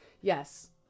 Yes